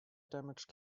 damage